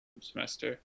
semester